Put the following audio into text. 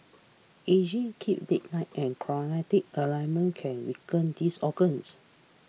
ageing keeping late nights and chromate ailments can weaken these organs